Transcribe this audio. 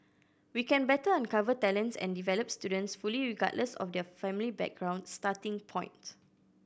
we can better uncover talents and develop students fully regardless of their family background starting point